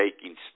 taking